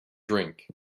drink